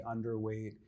underweight